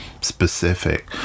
specific